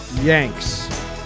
Yanks